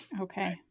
okay